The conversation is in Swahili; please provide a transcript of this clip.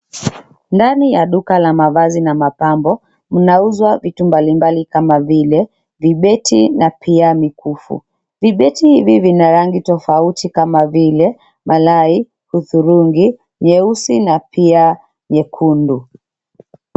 Ndani ya duka la mavazi na mapambo, mnauzwa vitu mbalimbali kama vile vibeti na pia mikufu. Vibeti hivi vina rangi tofauti kama vile malai, hudhurungi, nyeusi na pia nyekundu.